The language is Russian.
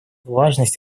важность